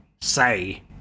say